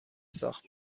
ساخت